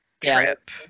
trip